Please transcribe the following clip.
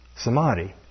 samadhi